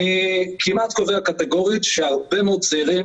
אני כמעט קובע קטגורית שהרבה מאוד צעירים